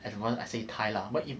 as for example I say thai lah but